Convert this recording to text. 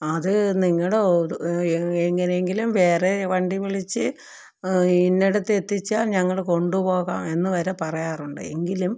അത് നിങ്ങളുടെ എങ്ങനെയെങ്കിലും വേറെ വണ്ടി വിളിച്ച് ഇന്നിടത്ത് എത്തിച്ചാൽ ഞങ്ങള് കൊണ്ടുപോകാം എന്നുവരെ പറയാറുണ്ട് എങ്കിലും